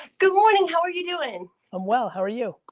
good morning, how are you doing? i'm well, how are you?